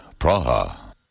Praha